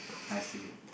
I see it